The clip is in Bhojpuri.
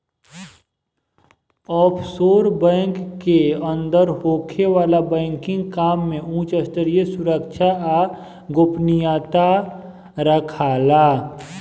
ऑफशोर बैंक के अंदर होखे वाला बैंकिंग काम में उच स्तरीय सुरक्षा आ गोपनीयता राखाला